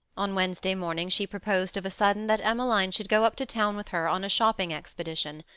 on wednesday morning she proposed of a sudden that emmeline should go up to town with her on a shopping expedition.